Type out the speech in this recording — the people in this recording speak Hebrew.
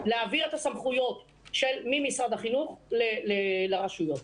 להעביר את הסמכויות ממשרד החינוך לרשויות.